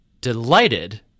delighted